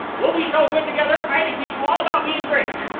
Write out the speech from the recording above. we'll be so good together. i can teach you all about being a grinch.